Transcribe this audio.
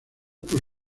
por